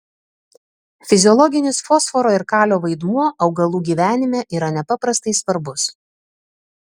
fiziologinis fosforo ir kalio vaidmuo augalų gyvenime yra nepaprastai svarbus